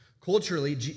Culturally